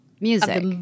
music